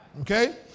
Okay